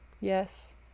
Yes